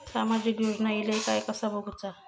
सामाजिक योजना इले काय कसा बघुचा?